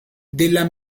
della